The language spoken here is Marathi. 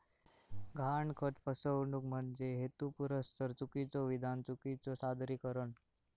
गहाणखत फसवणूक म्हणजे हेतुपुरस्सर चुकीचो विधान, चुकीचो सादरीकरण